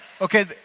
Okay